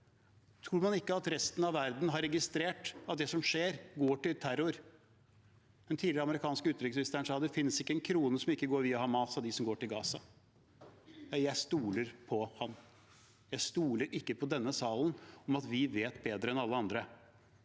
tror man ikke at resten av verden har registrert at det som skjer, går til terror? Den tidligere amerikanske utenriksministeren sa: Det finnes ikke én krone som ikke går via Hamas av det som går til Gaza. Jeg stoler på ham. Jeg stoler ikke på denne salen om at vi vet bedre enn alle andre.